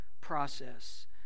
process